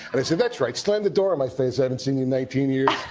and i said that's right. slam the door in my face. i haven't seen you in nineteen years.